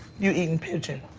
you eatin' pigeon.